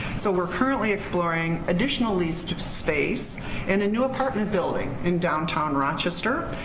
so we're currently exploring additional leased space in a new apartment building in downtown rochester.